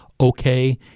okay